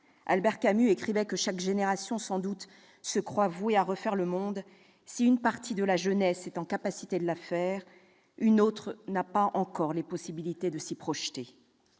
Albert Camus écrivait que « chaque génération, sans doute, se croit vouée à refaire le monde ». Si une partie de la jeunesse est en capacité de le faire, une autre n'a même pas la possibilité de s'y projeter.